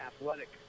athletic